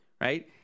right